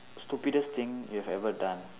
stupidest thing you have ever done